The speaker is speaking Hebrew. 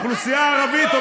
האוכלוסייה הערבית,